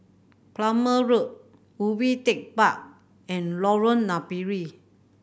Palmer Road Ubi Tech Park and Lorong Napiri